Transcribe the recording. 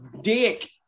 dick